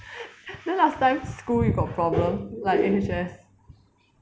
then last time school you got problem like A_H_S